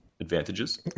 advantages